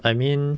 I mean